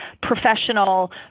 professional